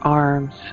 arms